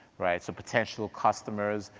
right? so potential customers,